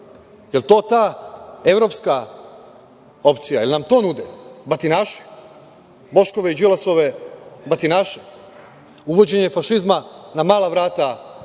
li je to ta evropska opcija? Da li nam to nude, batinaše, Boškove i Đilasove batinaše, uvođenje fašizma na mala vrata